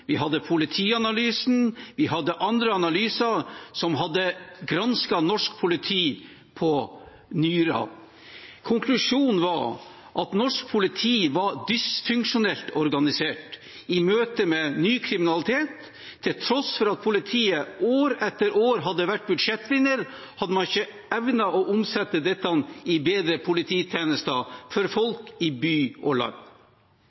vi hadde Politianalysen, vi hadde andre analyser som hadde gransket norsk politis «nyrer». Konklusjonen var at norsk politi var dysfunksjonelt organisert i møte med ny kriminalitet. Til tross for at politiet år etter år hadde vært budsjettvinner, hadde man ikke evnet å omsette dette i bedre polititjenester for folk i by og land.